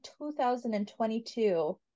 2022